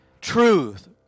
truth